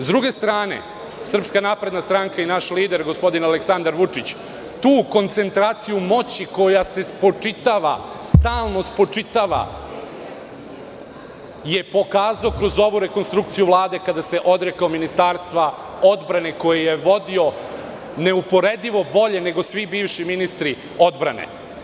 S druge strane, SNS i naš lider, gospodin Aleksandar Vučić, tu koncentraciju moći koja se spočitava, stalno spočitava, je pokazao kroz ovu rekonstrukciju Vlade kada se odrekao Ministarstva odbrane koje je vodio neuporedivo bolje nego svi bivši ministri odbrane.